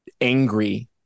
angry